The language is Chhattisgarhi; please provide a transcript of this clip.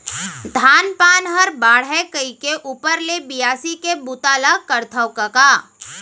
धान पान हर बाढ़य कइके ऊपर ले बियासी के बूता ल करथव कका